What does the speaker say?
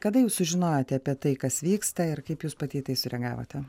kada jūs sužinojote apie tai kas vyksta ir kaip jūs pati į tai sureagavote